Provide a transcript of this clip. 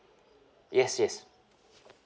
yes yes